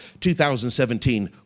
2017